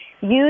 Use